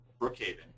Brookhaven